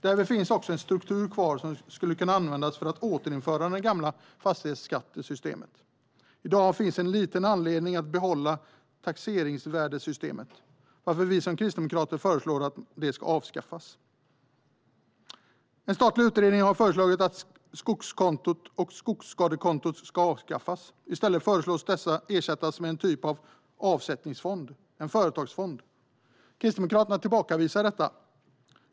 Därmed finns också en struktur kvar som skulle kunna användas för att återinföra det gamla fastighetsskattesystemet. I dag finns inte mycket anledning att behålla taxeringsvärdessystemet, varför vi som kristdemokrater föreslår att det ska avskaffas. En statlig utredning har föreslagit att skogskontot och skogsskadekontot ska avskaffas. I stället föreslås dessa ersättas med en typ av avsättningsfond - en företagsfond. Kristdemokraterna tillbakavisar detta.